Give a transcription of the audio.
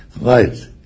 Right